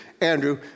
Andrew